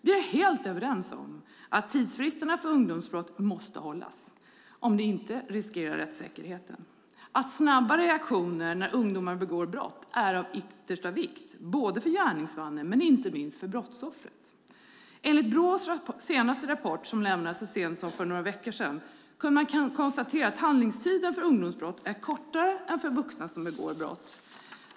Vi är helt överens om att tidsfristerna för ungdomsbrott måste hållas. Om inte riskeras rättssäkerheten. Snabba reaktioner när ungdomar begår brott är av yttersta vikt för både gärningsmannen och inte minst brottsoffret. Enligt Brås senaste rapport som lämnades så sent som för några veckor sedan kan man konstatera att handläggningstiden för ungdomsbrott är kortare än för vuxna som begår brott.